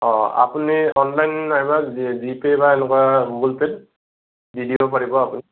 অ' আপুনি অনলাইন নাইবা G G Pay বা এনেকুৱা গুগুল পে'ত দি দিব পাৰিব আপুনি